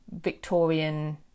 Victorian